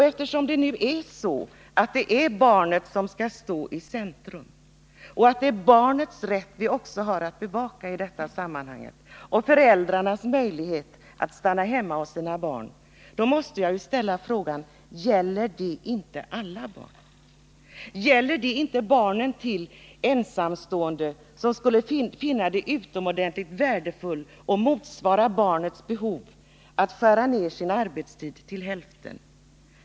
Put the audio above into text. Eftersom det nu är så att barnet skall stå i centrum och eftersom vi också har att bevaka barnets rätt i detta sammanhang — och föräldrarnas möjlighet att stanna hemma hos sina barn — så måste jag ställa frågan: Gäller det inte alla barn? Gäller det inte barnen till ensamstående, som skulle finna det utomordentligt värdefullt och motsvara barnets behov om de kunde skära ned sin arbetstid till hälften?